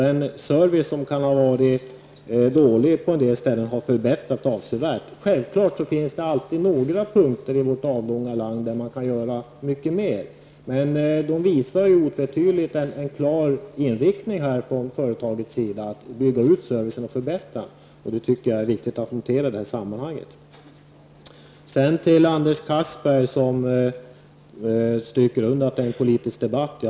Den service som kan ha varit dålig på en del ställen har förbättrats avsevärt. Självfallet finns det alltid i vårt avlånga land några punkter där vi kan göra mycket mer, men det finns nu en klar inriktning från företagets sida att bygga ut servicen och förbättra den. Det tycker jag är viktigt att notera i det här sammanhanget. Sedan några ord till Anders Castberger, som underströk att det är politisk debatt.